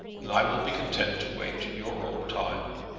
and i will be content to wait your own time.